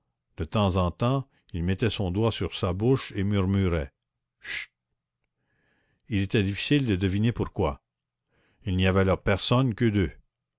de temps en temps il mettait son doigt sur sa bouche et murmurait chut il était difficile de deviner pourquoi il n'y avait là personne qu'eux deux